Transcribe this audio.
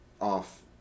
off